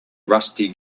rusty